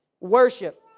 worship